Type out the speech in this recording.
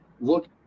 look